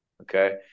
okay